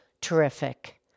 terrific